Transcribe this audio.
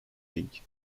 league